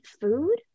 food